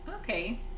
Okay